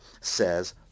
says